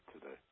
today